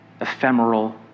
ephemeral